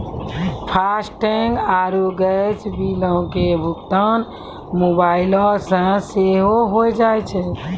FASTag आरु gas बिलो के भुगतान मोबाइलो से सेहो होय जाय छै